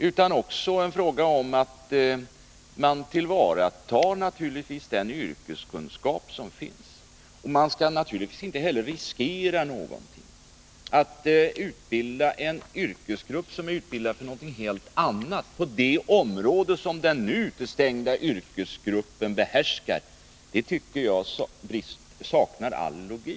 Det gäller också att tillvarata den yrkeskunskap som finns. Man skall naturligtvis inte heller riskera någonting. Nr 68 Att på det område som den nu utestängda yrkesgruppen behärskar utbilda en Måndagen den yrkesgrupp som är utbildad för någonting helt annat saknar all logik.